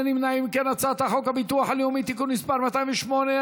חוק הביטוח הלאומי (תיקון מס' 208),